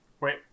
Wait